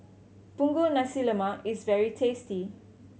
Punggol Nasi Lemak is very tasty